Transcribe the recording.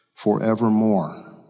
forevermore